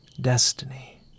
destiny